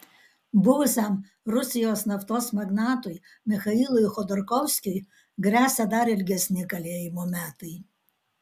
buvusiam rusijos naftos magnatui michailui chodorkovskiui gresia dar ilgesni kalėjimo metai